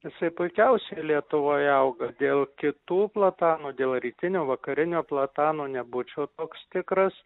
jisai puikiausiai lietuvoj auga dėl kitų platanų dėl rytinio vakarinio platano nebūčiau toks tikras